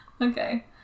Okay